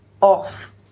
off